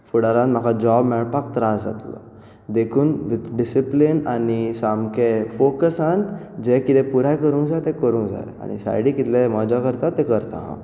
आनी म्हाका जॉब मेळपाक त्रास जातलो देखून डिसीप्लीन आनी सामकें फोकसान जें कितें पुराय करूंक जाय तें करूंक जाय आनी सायडीक कितले मजा करतां तें करतां हांव